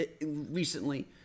recently